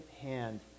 hand